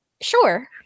sure